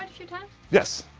few times yes,